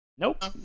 Nope